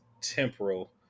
temporal